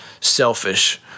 selfish